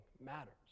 matters